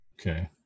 Okay